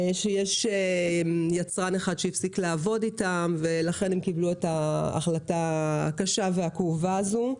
שיש יצרן שהפסיק לעבוד איתם ולכן הם קיבלו את ההחלטה הקשה והכאובה הזו.